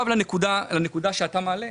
לנקודה שאתה מעלה,